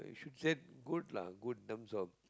should said good lah good in terms of